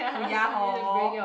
oh ya hor